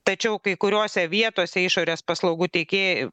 tačiau kai kuriose vietose išorės paslaugų teikėj